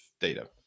data